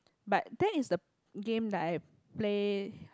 but that is the game that I play